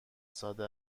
ساده